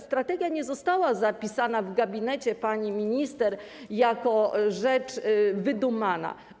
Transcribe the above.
Strategia nie została zapisana w gabinecie pani minister jako rzecz wydumana.